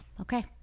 okay